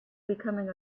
becoming